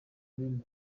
bene